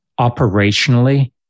operationally